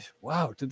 wow